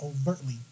overtly